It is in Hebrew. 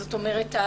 זאת אומרת,